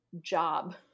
job